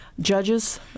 judges